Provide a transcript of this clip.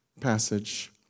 passage